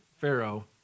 Pharaoh